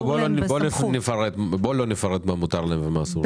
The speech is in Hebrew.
בוא לא נפרט מה מותר להם מה אסור להם.